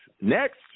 Next